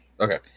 Okay